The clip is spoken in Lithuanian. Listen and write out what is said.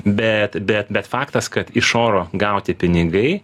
bet bet bet faktas kad iš oro gauti pinigai